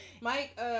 Mike